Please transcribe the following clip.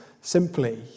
simply